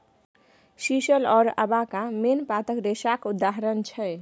sisal आओर अबाका मेन पातक रेशाक उदाहरण छै